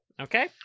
Okay